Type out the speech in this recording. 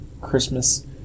Christmas